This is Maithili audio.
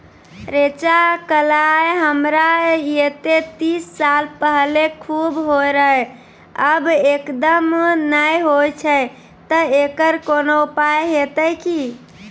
रेचा, कलाय हमरा येते तीस साल पहले खूब होय रहें, अब एकदम नैय होय छैय तऽ एकरऽ कोनो उपाय हेते कि?